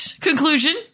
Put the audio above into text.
conclusion